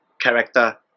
character